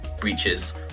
breaches